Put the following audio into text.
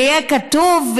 יהיה כתוב,